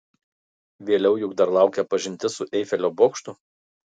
vėliau juk dar laukia pažintis su eifelio bokštu